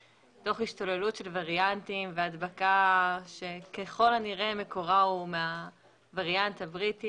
תוך השתוללות של וריאנטים והדבקה שככל הנראה מקורה מהווריאנט הבריטי,